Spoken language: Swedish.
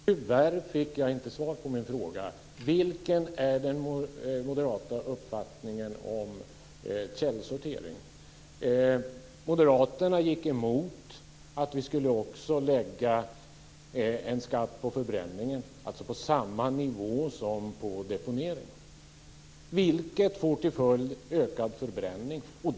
Fru talman! Tyvärr fick jag inte svar på min fråga: Vilken är den moderata uppfattningen om källsortering? Moderaterna gick emot att vi skulle lägga en skatt på förbränningen, på samma nivå som på deponering, vilket får till följd ökad förbränning.